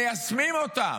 מיישמים אותן.